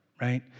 right